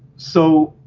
so